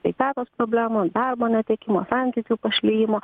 sveikatos problemų darbo netekimo santykių pašlijimo